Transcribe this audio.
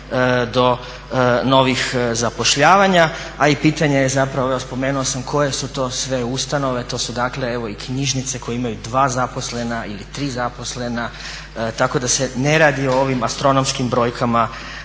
novih zapošljavanja. A i pitanje je zapravo spomenuo sam koje su to sve ustanove, to su dakle evo i knjižnice koje imaju dva zaposlena ili tri zaposlena tako da se ne radi o ovim astronomskim brojkama